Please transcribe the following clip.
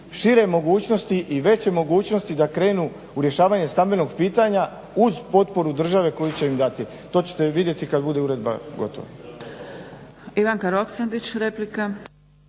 šire mogućnosti i veće mogućnosti da krenu u rješavanje stambenog pitanja uz potporu države koju će im dati. To ćete vidjeti kada bude uredba gotova.